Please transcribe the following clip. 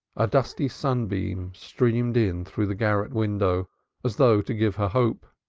a dusty sunbeam streamed in through the garret window as though to give her hope.